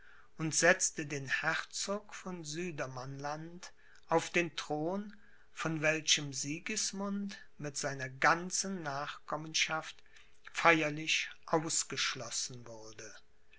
und setzte den herzog von südermannland auf den thron von welchem sigismund mit seiner ganzen nachkommenschaft feierlich ausgeschlossen wurde